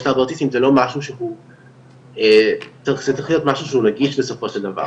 להרבה אוטיסטים זה צריך להיות משהו שהוא נגיש בסופו של דבר,